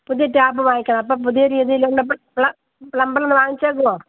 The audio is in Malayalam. പുതിയ ടാപ്പ് വാങ്ങിക്കണം അപ്പോൾ പുതിയ രീതിയിലുള്ള പ്ലംബർ ഒന്ന് വാങ്ങിച്ചേക്കുമോ